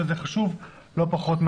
וזה חשוב לא פחות.